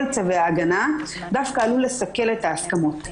צווי ההגנה דווקא עלול לסכל את ההסכמות.